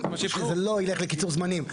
שזה לא ילך לקיצור זמנים.